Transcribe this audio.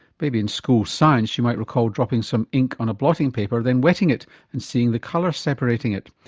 maybe in school science you might recall dropping some ink on a blotting paper then wetting it and seeing the colours separating it.